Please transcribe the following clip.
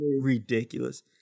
Ridiculous